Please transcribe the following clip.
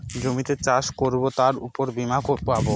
জমিতে চাষ করবো তার উপর বীমা পাবো